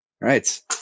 right